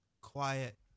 quiet